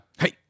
Hey